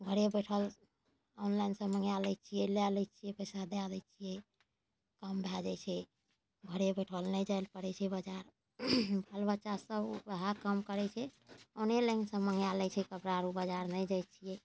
घरे बैसल ऑनलाइन सऽ मँगा लै छियै लऽ लै छियै पैसा दऽ दै छियै काम भऽ जाइ छै घरे बैसल नहि जाइ लए पड़ै छै बाजार बाल बच्चा सब वएह काम करै छै ऑनलाइन सऽ मँगा लै छै कपड़ा आरो बाजार नहि जाइ छियै